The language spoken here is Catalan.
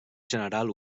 general